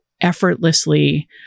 effortlessly